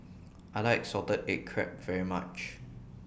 I like Salted Egg Crab very much